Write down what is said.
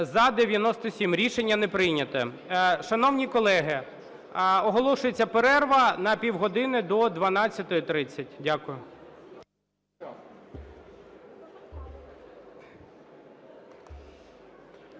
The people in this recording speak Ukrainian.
За-97 Рішення не прийнято. Шановні колеги, оголошується перерва на півгодини до 12:30. Дякую.